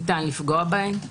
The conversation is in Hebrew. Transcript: ניתן לפגוע בהן,